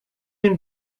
den